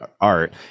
art